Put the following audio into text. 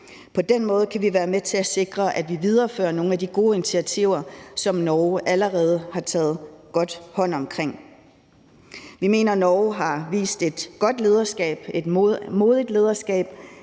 På den måde kan vi være med til at sikre, at vi viderefører nogle af de gode initiativer, som Norge allerede har taget godt hånd om. Vi mener, at Norge har vist et godt lederskab, et modigt lederskab,